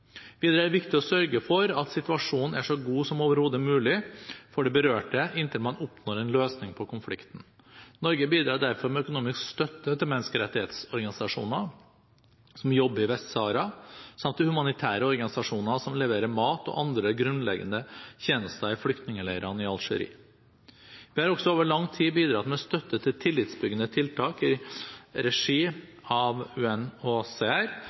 Videre er det viktig å sørge for at situasjonen er så god som overhodet mulig for de berørte, inntil man oppnår en løsning på konflikten. Norge bidrar derfor med økonomisk støtte til menneskerettighetsorganisasjoner som jobber i Vest-Sahara samt til humanitære organisasjoner som leverer mat og andre grunnleggende tjenester i flyktningleirene i Algerie. Vi har også over lang tid bidratt med støtte til tillitsbyggende tiltak i regi av